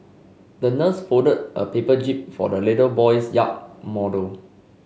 the nurse folded a paper jib for the little boy's yacht model